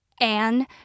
Anne